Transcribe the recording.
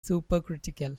supercritical